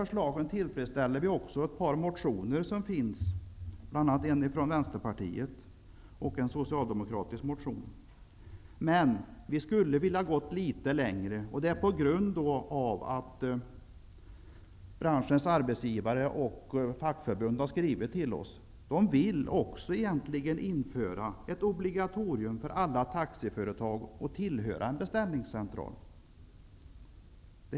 Med dessa förslag tillfredsställer vi också ett par motioner som finns, bl.a. en från Vänsterpartiet och en från Socialdemokraterna. Vi skulle dock ha velat gå litet längre på grund av att branschens arbetsgivare och fackförbund har skrivit till oss. De vill egentligen också införa ett obligatorium för alla taxiföretag att tillhöra en beställningscentral.